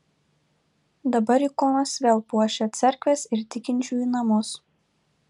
dabar ikonos vėl puošia cerkves ir tikinčiųjų namus